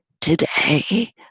today